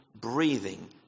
breathing